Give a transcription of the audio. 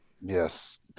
yes